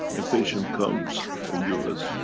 a patient comes, a us.